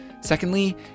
Secondly